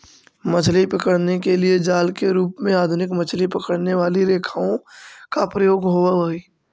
मछली पकड़ने के लिए जाल के रूप में आधुनिक मछली पकड़ने वाली रेखाओं का प्रयोग होवअ हई